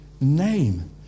name